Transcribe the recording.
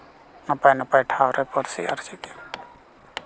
ᱱᱟᱯᱟᱭ ᱱᱟᱯᱟᱭ ᱴᱷᱟᱶ ᱨᱮ ᱯᱟᱹᱨᱥᱤ ᱟᱨ ᱪᱤᱠᱤ